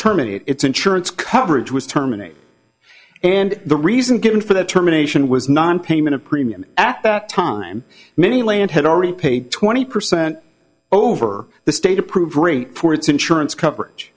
terminate its insurance coverage was terminated and the reason given for the terminations was nonpayment of premium at that time many land had already paid twenty percent over the state approved rate for its insurance coverage